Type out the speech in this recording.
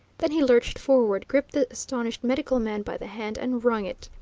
then he lurched forward, gripped the astonished medical man by the hand, and wrung it.